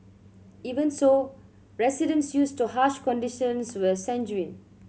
even so residents used to harsh conditions were sanguine